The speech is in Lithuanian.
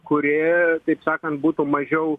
kurie taip sakant būtų mažiau